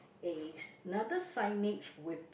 another signage with the